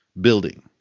building